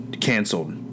canceled